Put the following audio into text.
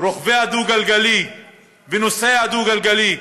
רוכבי הדו-גלגלי ונוסעי הדו-גלגלי,